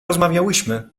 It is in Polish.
rozmawiałyśmy